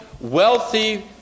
wealthy